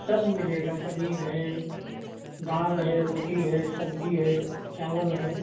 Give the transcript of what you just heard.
सब मिलेगा पनीर है दाल है रोटी है सब्जी है चावल है